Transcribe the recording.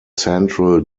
central